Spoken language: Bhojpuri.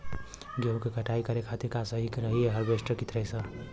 गेहूँ के कटाई करे खातिर का सही रही हार्वेस्टर की थ्रेशर?